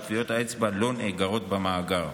וטביעות האצבע לא נאגרות במאגר.